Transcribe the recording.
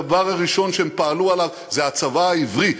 הדבר הראשון שהם פעלו למענו זה הצבא העברי.